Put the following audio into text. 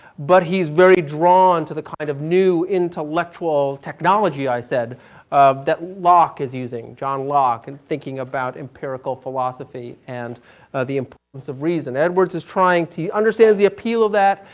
but he's very drawn to the kind of new intellectual technology i said that locke is using john locke and thinking about empirical philosophy and the importance of reason. edwards is trying to understand the appeal of that.